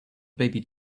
baby